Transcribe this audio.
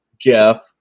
Jeff